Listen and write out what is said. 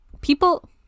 people